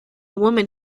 woman